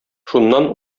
шуннан